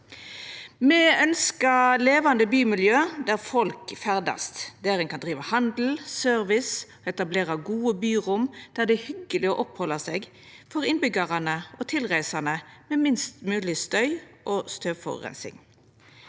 Me ønskjer levande bymiljø der folk ferdast, der ein kan driva med handel, service, etablera gode byrom, og der det er hyggeleg å opphalda seg for innbyggjarar og tilreisande, med minst mogleg støy og støvforureining.